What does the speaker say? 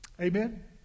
Amen